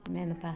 ಇನ್ನೇನಪ್ಪ